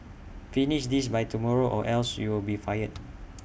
finish this by tomorrow or else you'll be fired